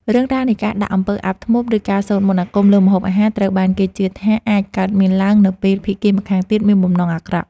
រឿងរ៉ាវនៃការដាក់អំពើអាបធ្មប់ឬការសូត្រមន្តអាគមលើម្ហូបអាហារត្រូវបានគេជឿថាអាចកើតមានឡើងនៅពេលភាគីម្ខាងទៀតមានបំណងអាក្រក់។